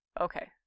Okay